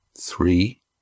Three